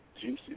juicy